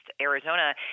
Arizona